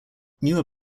newer